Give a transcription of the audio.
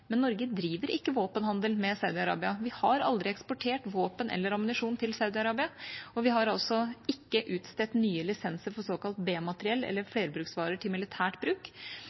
Men Norge driver ikke våpenhandel med Saudi-Arabia. Vi har aldri eksportert våpen eller ammunisjon til Saudi-Arabia, og vi har ikke utstedt nye lisenser for såkalt B-materiell eller flerbruksvarer til militært bruk.